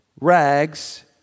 rags